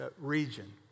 region